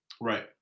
Right